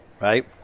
right